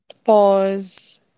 Pause